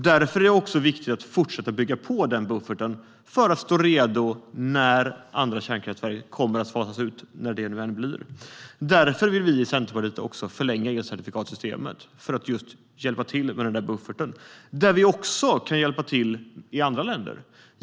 Därför är det viktigt att fortsätta bygga på bufferten för att stå redo när andra kärnkraftverk kommer att fasas ut, när det än blir. Därför vill vi i Centerpartiet förlänga elcertifikatssystemet för att hjälpa till med den där bufferten, så att vi också kan hjälpa till i andra länder.